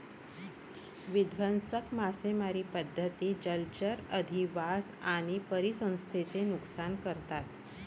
विध्वंसक मासेमारी पद्धती जलचर अधिवास आणि परिसंस्थेचे नुकसान करतात